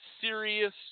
serious